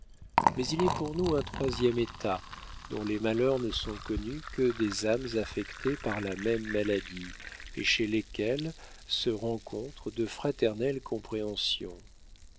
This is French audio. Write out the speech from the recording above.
mais il est pour nous un troisième état dont les malheurs ne sont connus que des âmes affectées par la même maladie et chez lesquelles se rencontrent de fraternelles compréhensions